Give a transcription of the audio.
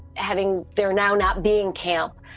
having there now not being camp,